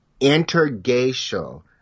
Intergacial